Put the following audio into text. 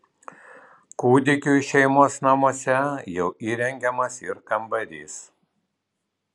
kūdikiui šeimos namuose jau įrengiamas ir kambarys